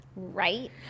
right